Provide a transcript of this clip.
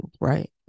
right